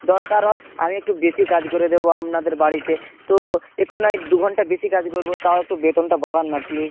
দরকার হয় আমি একটু বেশি কাজ করে দেবো আপনাদের বাড়িতে তো একটু না হয় দু ঘণ্টা বেশি কাজ করব তাও একটু বেতনটা বাড়ান না প্লিজ